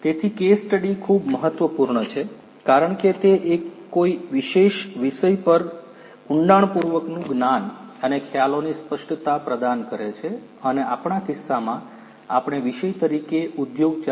તેથી case study ખૂબ મહત્વપૂર્ણ છે કારણ કે તે કોઈ વિશેષ વિષય પર ઉંડાણપૂર્વક નું જ્ઞાન અને ખ્યાલોની સ્પષ્ટતા પ્રદાન કરે છે અને આપણાં કિસ્સામાં આપણે વિષય તરીકે ઉદ્યોગ 4